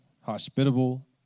hospitable